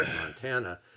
Montana